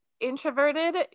introverted